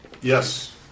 Yes